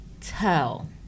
tell